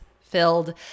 filled